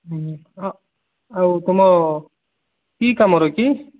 ଆଉ ତୁମ କି କାମର କି